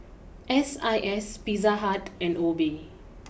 S I S Pizza Hut and Obey